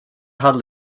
panel